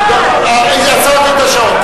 עצרתי את השעון.